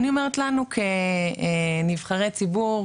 אני אומרת לנו כנבחרי ציבור,